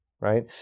right